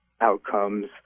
outcomes